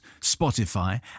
Spotify